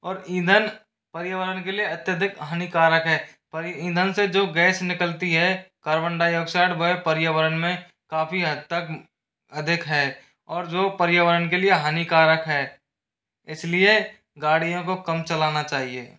और ईंधन पर्यावरण के लिए अत्यधिक हानिकारक है पर ईंधन से जो गैस निकलती है कार्बन डाइऑक्साइड वह पर्यावरण में काफ़ी हद तक अधिक है और जो पर्यावरण के लिए हानिकारक है इसलिए गाड़ियों को कम चलाना चाहिए